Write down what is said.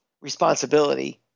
responsibility